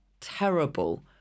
terrible